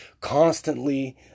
constantly